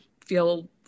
feel